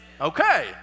Okay